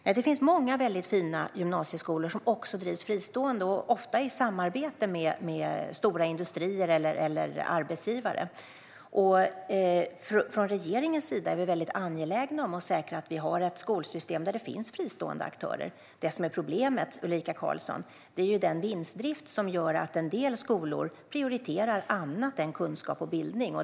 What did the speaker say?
Det finns många väldigt fina gymnasieskolor som drivs fristående, ofta i samarbete med stora industrier eller arbetsgivare. Från regeringens sida är vi väldigt angelägna om att säkra att vi har ett skolsystem där det finns fristående aktörer. Det som är problemet, Ulrika Carlsson, är ju den vinstdrift som gör att en del skolor prioriterar annat än kunskap och bildning.